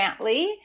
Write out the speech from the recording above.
Brantley